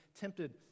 tempted